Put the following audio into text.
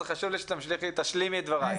אז חשוב לי שתשלימי את דברייך.